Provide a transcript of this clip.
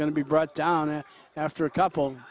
going to be brought down to after a couple